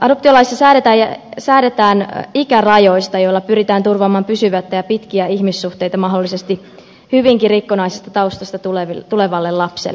adoptiolaissa säädetään ikärajoista joilla pyritään turvaamaan pysyviä ja pitkiä ihmissuhteita mahdollisesti hyvinkin rikkonaisista taustoista tulevalle lapselle